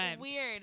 weird